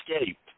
escaped